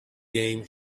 game